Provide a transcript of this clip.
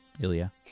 Ilya